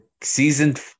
seasoned